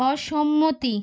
অসম্মতি